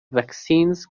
vaccines